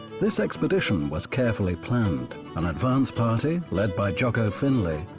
this expedition was carefully planned. an advance party, led by jaco finley,